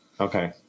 Okay